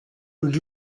und